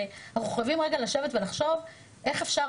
ואנחנו חייבים לשבת רגע ולחשוב איך אפשר